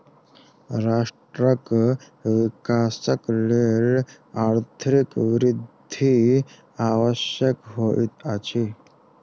राष्ट्रक विकासक लेल आर्थिक वृद्धि आवश्यक होइत अछि